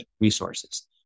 resources